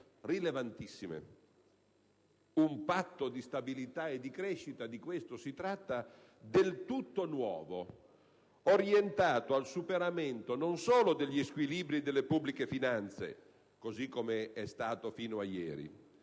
un Patto di stabilità e crescita - di questo si tratta - del tutto nuovo, orientato al superamento non solo degli squilibri delle pubbliche finanze, così come è stato fino a ieri, ma dell'economia reale